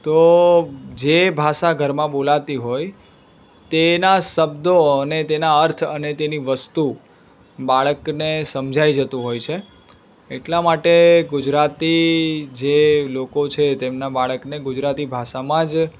તો જે ભાષા ઘરમાં બોલાતી હોય તેના શબ્દો અને તેના અર્થ અને તેની વસ્તુ બાળકને સમજાઈ જતું હોય છે એટલા માટે ગુજરાતી જે લોકો છે તેમનાં બાળકને ગુજરાતી ભાષામાં જ